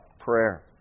prayer